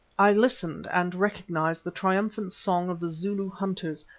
i listened and recognised the triumphant song of the zulu hunters,